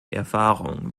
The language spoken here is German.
erfahrung